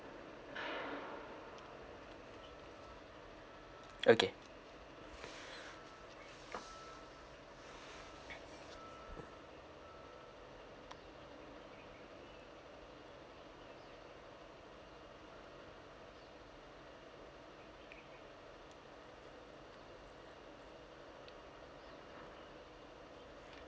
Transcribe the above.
okay